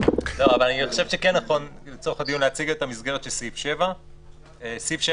אבל אני חושב שכן נכון לצורך הדיון להציג את המסגרת של סעיף 7. סעיף 7,